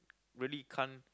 really can't